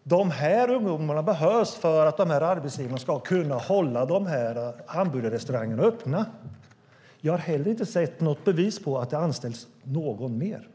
därför att ungdomarna behövs för att arbetsgivarna ska kunna hålla hamburgerrestaurangerna öppna. Jag har heller inte sett något bevis på att det anställts någon mer.